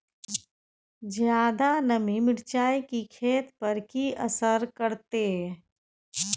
ज्यादा नमी मिर्चाय की खेती पर की असर करते?